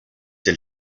elle